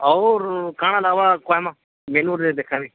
ଆଉ କାଣା ନବା କହେମା ମେନ୍ୟୁରେ ଦେଖାବି